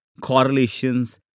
correlations